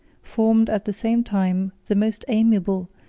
formed, at the same time, the most amiable,